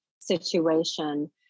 situation